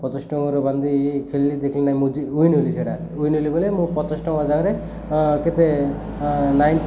ପଚାଶ ଟଙ୍କାର ବାନ୍ଧି ଖେଳିଲି ଦେଖିଲି ନାଇ ମୁଁ ୱିନ୍ ହେଲି ସେଟା ୱିନ୍ ହେଲି ବୋଲି ମୁଁ ପଚାଶ ଟଙ୍କା ଜାଗାରେ କେତେ ନାଇନ୍